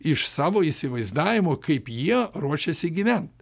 iš savo įsivaizdavimo kaip jie ruošiasi gyventi